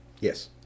Yes